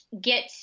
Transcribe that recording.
get